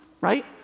right